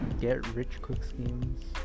get-rich-quick-schemes